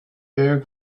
bear